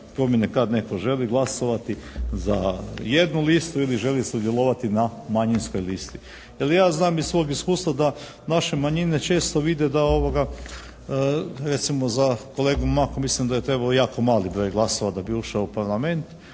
kad netko želi glasovati za jednu listu ili želi sudjelovati na manjinskoj listi. Jer ja znam iz svog iskustva da naše manjine često vide da, recimo za kolegu Mak mislim da je trebalo jako mali broj glasova da bi ušao u Parlament,